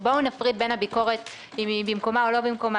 בואו נפריד בין הביקורת אם היא במקומה או לא במקומה,